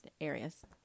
areas